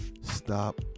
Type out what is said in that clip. Stop